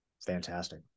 Fantastic